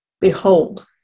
Behold